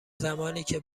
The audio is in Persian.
زمانیکه